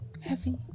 heavy